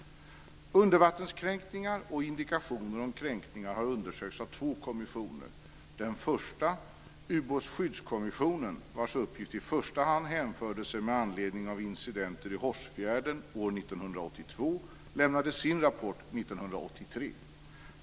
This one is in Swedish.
Undervattenskränkningar och indikationer om kränkningar har undersökts av två kommissioner. Den första, Ubåtsskyddskommissionen, vars uppgift i första hand hänförde sig till incidenter i Hårsfjärden år 1982, lämnade sin rapport 1983.